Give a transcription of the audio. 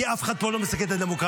כי אף אחד פה לא מסכן את הדמוקרטיה.